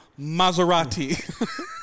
Maserati